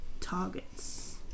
targets